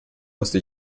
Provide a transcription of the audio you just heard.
musste